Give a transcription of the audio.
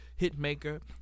Hitmaker